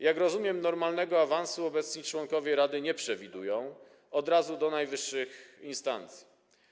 Jak rozumiem, normalnego awansu obecni członkowie rady nie przewidują, od razu do najwyższych instancji.